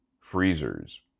freezers